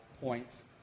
points